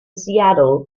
seattle